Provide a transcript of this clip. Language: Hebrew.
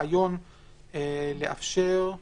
אפשרות